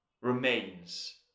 remains